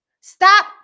Stop